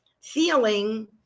feeling